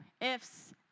ifs